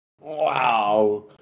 Wow